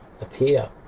appear